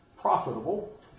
profitable